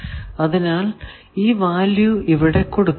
അതിനാൽ ഈ വാല്യൂ ഇവിടെ കൊടുക്കാം